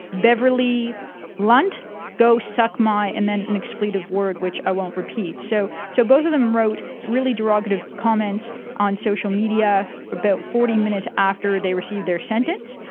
beverley lunt go suck my, and then an expletive word which i won't repeat. so so both of them wrote really derogative comments on social media about forty minutes after they received their sentence.